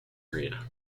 area